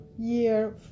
Year